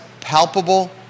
palpable